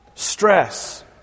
Stress